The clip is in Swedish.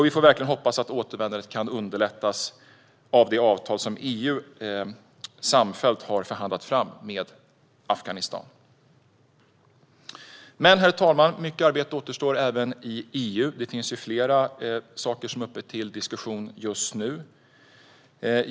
Vi får verkligen hoppas att återvändandet kan underlättas av det avtal som EU samfällt har förhandlat fram med Afghanistan. Herr talman! Mycket arbete återstår dock även i EU. Flera saker är uppe till diskussion just nu.